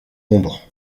ombre